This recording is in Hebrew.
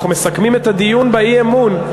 אנחנו מסכמים את הדיון באי-אמון.